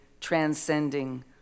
transcending